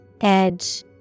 Edge